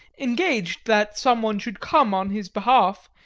engaged that someone should come on his behalf,